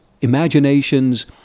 imaginations